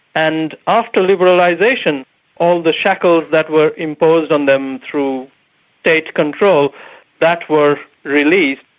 and after liberalisation all the shackles that were imposed on them through state control that were released.